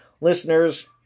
listeners